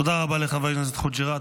תודה רבה לחבר הכנסת חוג'יראת.